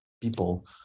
people